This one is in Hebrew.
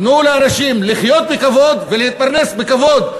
תנו לאנשים לחיות בכבוד ולהתפרנס בכבוד,